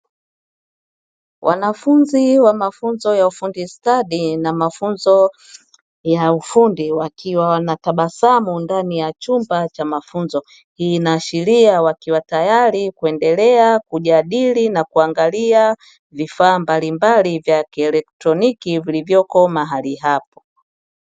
Wanafunzi wa mafunzo ya ufundi stadi na mafunzo ya ufundi wakiwa watabasamu ndani ya chumba cha mafunzo, hii inaashiria wakiwa tayari kuendelea kujadili na kuangalia vifaa mbalimbali vya kielektroniki vilivyoko mahali hapo.